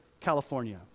California